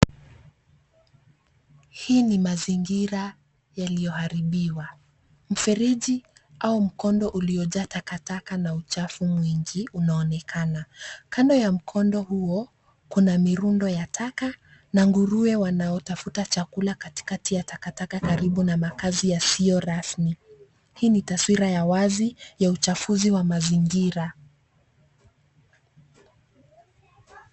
Hii ni mazingira yaliyoharibiwa. Mfereji au mkondo uliojaa takataka na uchafu mwingi unaonekana. Kando ya mkondo huo kuna mirundo ya taka na nguruwe wanaotafuta chakula katikati ya takataka karibu na makazi yasiyo rasmi. Hii ni taswira ya wazi ya uchafuzi wa mazingira.